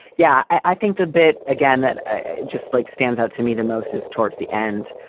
yeah, i think the bit again, that just like stands out to me the most is towards the end.